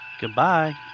Goodbye